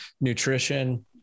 Nutrition